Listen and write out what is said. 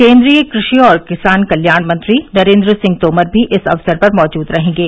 केन्द्रीय कृषि और किसान कल्याण मंत्री नरेन्द्र सिंह तोमर भी इस अवसर पर मौजूद रहेंगे